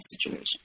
situation